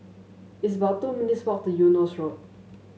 it's about two minutes' walk to Eunos Road